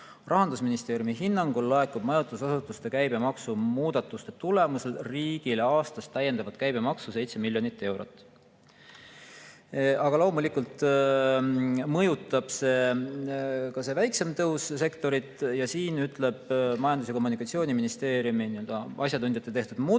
Rahandusministeeriumi hinnangul laekub majutusasutuste käibemaksumuudatuste tulemusel riigile aastas täiendavat käibemaksu 7 miljonit eurot. Loomulikult mõjutab sektorit ka see väiksem tõus. Siin näitab Majandus- ja Kommunikatsiooniministeeriumi asjatundjate tehtud mudel,